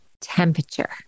temperature